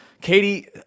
Katie